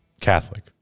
Catholic